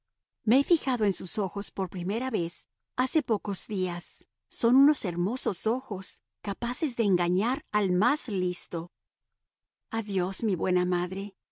me he fijado en sus ojos por primera ver hace poco días son unos hermosos ojos capaces de engañar al más listo adiós mi buena madre